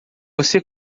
você